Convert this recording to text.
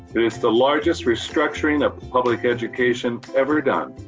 it is the largest restructuring of public education ever done,